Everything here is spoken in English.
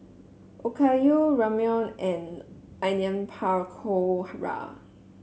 Okayu Ramyeon and Onion Pakora